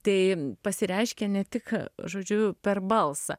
tai pasireiškia ne tik žodžiu per balsą